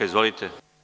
Izvolite.